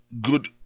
good